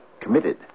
committed